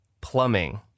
plumbing